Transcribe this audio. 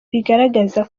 bigaragaza